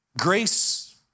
Grace